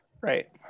Right